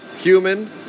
human